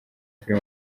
film